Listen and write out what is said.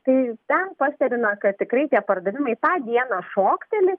tai ten pastebime kad tikrai tie pardavimai tą dieną šokteli